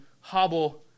hobble